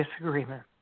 disagreement